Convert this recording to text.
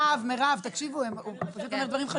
מרשם, בבקשה.